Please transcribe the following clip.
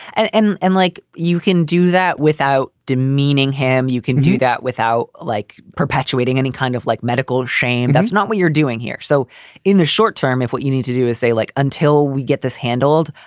and and and like you can do that without demeaning him. you can do that without like perpetuating any kind of like medical shame. that's not what you're doing here. so in the short term, if what you need to do is say like until we get this handled,